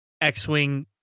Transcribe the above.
X-Wing